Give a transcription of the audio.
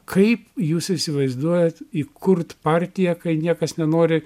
kaip jūs įsivaizduojat įkurt partiją kai niekas nenori